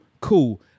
cool